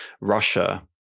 Russia